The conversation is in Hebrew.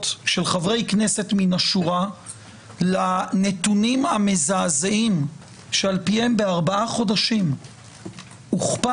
של חברי כנסת מן השורה מהנתונים המזעזעים שעל פיהם בארבעה חודשים הוכפל,